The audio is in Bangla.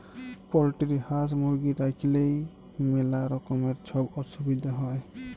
পলটিরি হাঁস, মুরগি রাইখলেই ম্যালা রকমের ছব অসুবিধা হ্যয়